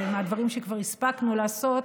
ומהדברים שכבר הספקנו לעשות,